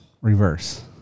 reverse